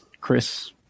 Chris